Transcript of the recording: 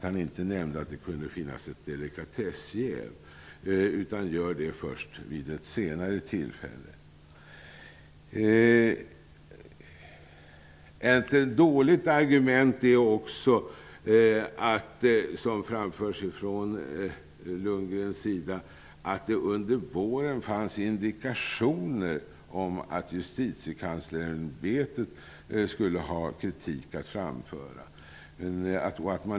Han nämnde inte att det kunde finnas ett delikatessjäv, utan gör det först vid ett senare tillfälle. Ett dåligt argument är också, som framförs från Lundgren, att det under våren fanns indikationer på att Justitiekanslersämbetet skulle ha kritik att framföra.